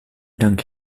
dank